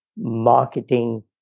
marketing